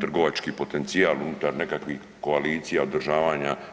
trgovački potencijal unutar nekakvih koalicija održavanja.